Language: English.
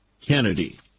Kennedy